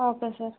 okay sir